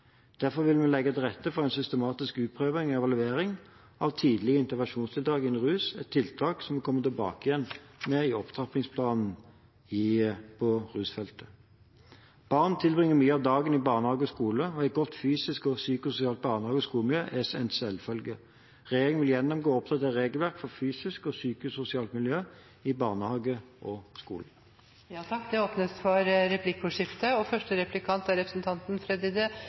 Derfor vil vi legge til rette for systematisk utprøving og evaluering av tidlig intervensjonstiltak innen rus – et tiltak vi vil komme tilbake til i opptrappingsplanen for rusfeltet. Barn tilbringer mye av dagen i barnehage og skole, og et godt fysisk og psykososialt barnehage- og skolemiljø skal være en selvfølge. Regjeringen vil gjennomgå og oppdatere regelverket for fysisk og psykososialt miljø i barnehage og skoler. Det blir replikkordskifte. Det er